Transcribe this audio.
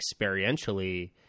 experientially